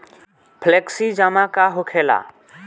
Flexi जमा का होखेला?